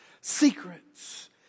secrets